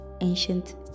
ancient